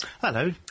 Hello